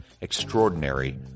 Extraordinary